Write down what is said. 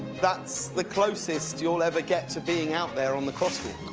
that's the closest you will ever get to being out there on the cross walk.